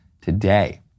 today